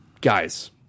Guys